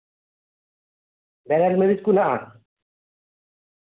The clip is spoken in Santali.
ᱠᱷᱟᱵᱟᱨ ᱡᱤᱱᱤᱥ ᱠᱩ ᱢᱮᱱᱟᱜᱼᱟ